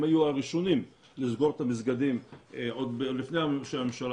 הם היו הראשונים לסגור את המסגדים עוד לפני שהממשלה